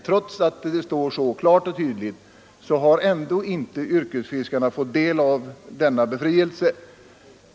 Trots att detta står så klart och tydligt angivet har ändå inte yrkesfiskarna blivit befriade.